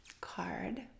card